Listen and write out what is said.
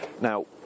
Now